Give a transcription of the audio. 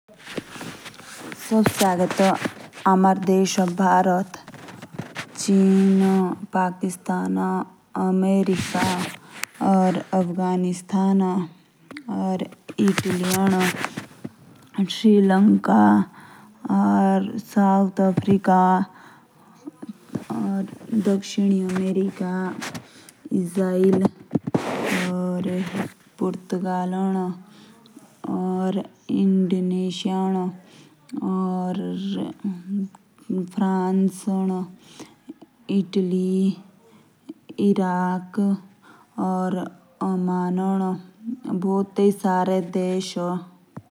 सबसे आगे एजो ए हमारो देख भारत। तबे चिन ए अमेरिका हो। अफगिंसत लिपि ओ श्रीलंका ए दक्षिण अफ़्रीका हो फ़क़शीद अफ़्रीका ओदे। इजराइल हो पुरत्गल हो।